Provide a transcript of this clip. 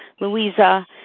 Louisa